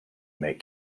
make